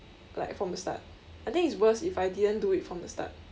like from the start I think it's worse if I didn't do it from the start